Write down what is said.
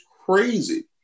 crazy